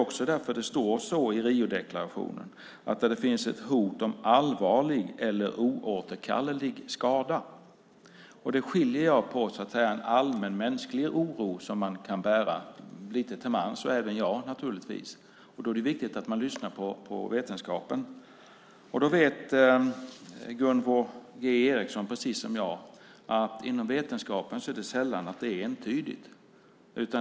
I Riodeklarationen står: där det finns ett hot om allvarlig eller oåterkallelig skada. Det är något annat än den allmänmänskliga oro som man kan bära lite till mans, även jag, och då är det viktigt att man lyssnar på vetenskapen. Gunvor G Ericson vet, precis som jag, att inom vetenskapen är det sällan entydigt.